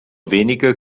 wenige